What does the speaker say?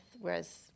whereas